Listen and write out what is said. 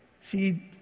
See